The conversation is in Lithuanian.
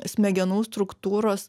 smegenų struktūros